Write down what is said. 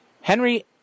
Henry